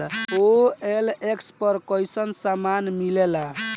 OLX पर कइसन सामान मीलेला?